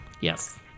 Yes